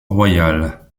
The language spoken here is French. royal